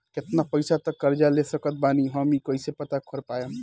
केतना पैसा तक कर्जा ले सकत बानी हम ई कइसे पता कर पाएम?